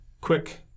quick